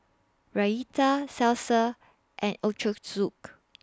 Raita Salsa and Ochazuke